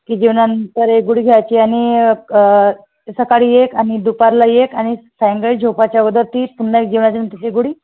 की जेवणानंतर एक गोळी घ्यायची आणि क सकाळी एक आणि दुपारला एक आणि सायंकाळी झोपायच्या अगोदर ती पुन्हा जेवणाच्या नंतरची गोळी